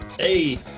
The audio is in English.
Hey